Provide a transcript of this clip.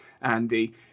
Andy